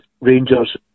Rangers